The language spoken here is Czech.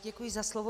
Děkuji za slovo.